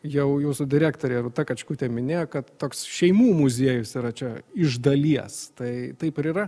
jau jūsų direktorė rūta kačkutė minėjo kad toks šeimų muziejus yra čia iš dalies tai taip ir yra